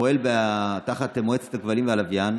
שפועל תחת מועצת הכבלים והלוויין,